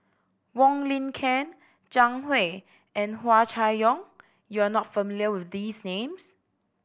Wong Lin Ken Zhang Hui and Hua Chai Yong you are not familiar with these names